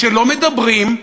כשלא מדברים,